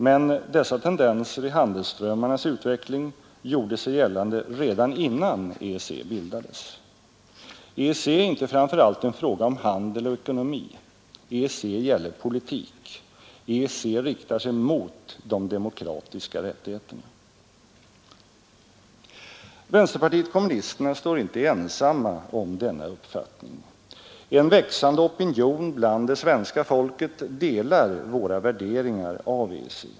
Men de handelsströmmarnas utveckling gjorde sig gällande redan innan EEC bildades. EEC är inte framför allt en fråga om handel och ekonomi. EEC gäller politik. EEC riktar sig mot de demokratiska rättigheterna. Vänsterpartiet kommunisterna står inte ensamt om denna uppfattning. En växande opinion bland det svenska folket delar våra värderingar av EEC.